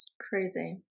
crazy